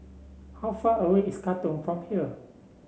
how far away is Katong from here